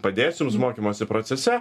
padės jums mokymosi procese